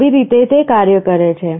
આવી રીતે તે કાર્ય કરે છે